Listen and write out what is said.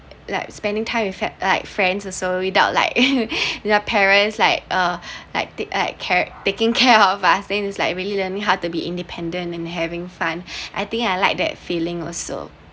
like spending time with frie~ like friends also without like without parents like uh like the act care taking care of us then is like really learning how to be independent and having fun I think I like that feeling also